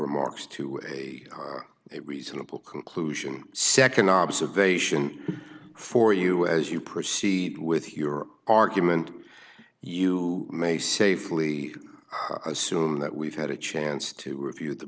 remarks to a it reasonable conclusion nd observation for you as you proceed with your argument you may safely assume that we've had a chance to review the